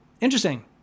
interesting